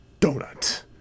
donut